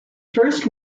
first